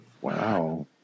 wow